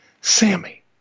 Sammy